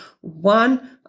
one